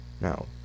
Now